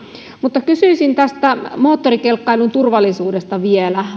mutta kysyisin tästä moottorikelkkailun turvallisuudesta vielä